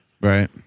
Right